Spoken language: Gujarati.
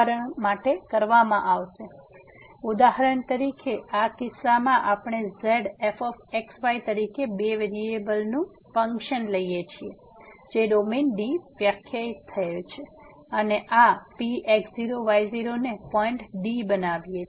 તેથી ઉદાહરણ તરીકે આ કિસ્સામાં આપણે z fx y તરીકે બે વેરીએબલ્સ નું ફંક્શન લઈએ છીએ જે ડોમેન D વ્યાખ્યાયિત થયેલ છે અને આ P x0 y0 ને પોઇન્ટ D બનાવીએ